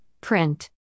Print